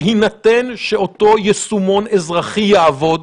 בהינתן שאותו יישומון אזרחי יעבוד,